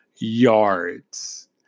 yards